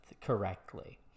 correctly